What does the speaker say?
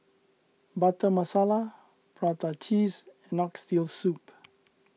Butter Masala Prata Cheese and Oxtail Soup